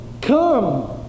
come